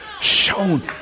shown